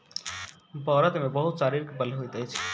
बड़द मे बहुत शारीरिक बल होइत अछि